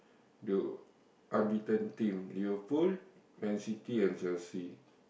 do unbeaten team Liverpool Man-city and Chelsea